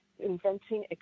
inventing